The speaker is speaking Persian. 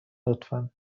لطفا